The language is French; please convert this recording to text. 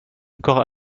encore